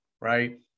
right